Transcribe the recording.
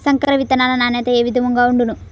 సంకర విత్తనాల నాణ్యత ఏ విధముగా ఉండును?